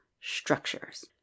structures